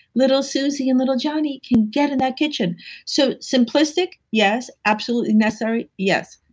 little susie and little johnny can get in that kitchen so simplistic, yes. absolutely necessary, yes.